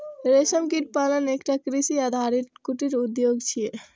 रेशम कीट पालन एकटा कृषि आधारित कुटीर उद्योग छियै